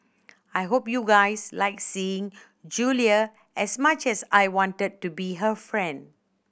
I hope you guys liked seeing Julia as much as I wanted to be her friend